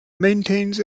maintains